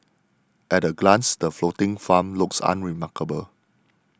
at a glance the floating farm looks unremarkable